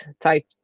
type